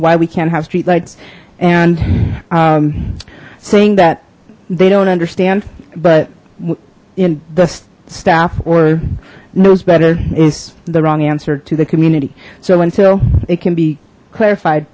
why we can't have streetlights and saying that they don't understand but in the staff or knows better is the wrong answer to the community so until it can be clarified